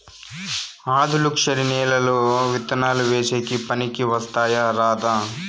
ఆధులుక్షరి నేలలు విత్తనాలు వేసేకి పనికి వస్తాయా రాదా?